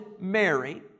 Mary